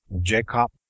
Jacob